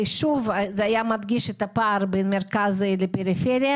שוב, זה הדגיש את הפער בין מרכז לפריפריה.